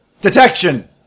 Detection